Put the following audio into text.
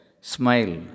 smile